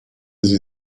sie